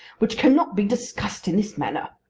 which cannot be discussed in this manner.